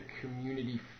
community